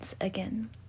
again